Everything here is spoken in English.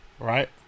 Right